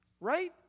Right